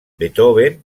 beethoven